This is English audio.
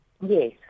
Yes